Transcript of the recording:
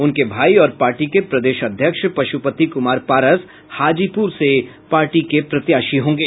उनके भाई और पार्टी के प्रदेश अध्यक्ष पशुपति कुमार पारस हाजीपुर से प्रत्याशी होंगे